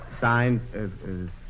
Signed